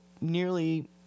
nearly